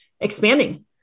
expanding